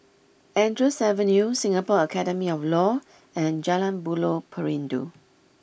Andrews Avenue Singapore Academy of Law and Jalan Buloh Perindu